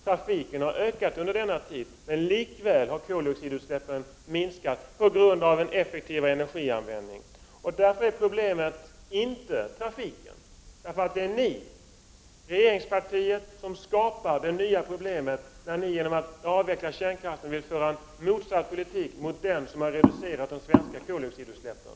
Trafiken har visserligen ökat under denna tid, men koldioxidutsläppen har minskat till följd av en effektivare energianvändning. Problemet är således inte trafiken. Problemet skapas av regeringspartiet som genom att avveckla kärnkraften vill föra en politik som är motsatt den politik som har reducerat de svenska koldioxidutsläppen.